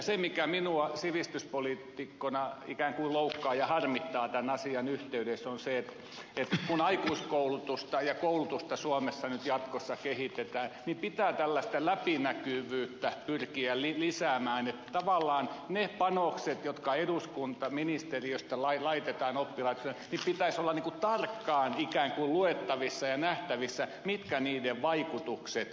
se mikä minua sivistyspoliitikkona ikään kuin loukkaa ja harmittaa tämän asian yhteydessä on se että kun aikuiskoulutusta ja koulutusta suomessa nyt jatkossa kehitetään niin pitää tällaista läpinäkyvyyttä pyrkiä lisäämään että tavallaan niitten panosten jotka ministeriöstä laitetaan oppilaitoksiin pitäisi olla tarkkaan luettavissa ja nähtävissä mitkä niiden vaikutukset ovat